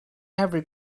every